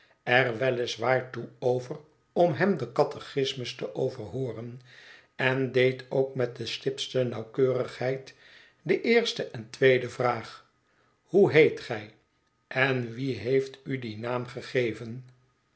er wel is waar toe over om hem den catechismus te overhooren en deed ook met de stiptste nauwkeurigheid de eerste en tweede vraag hoe heet gij en wie heeft u dien naam gegeven